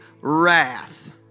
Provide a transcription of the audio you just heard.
wrath